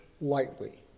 lightly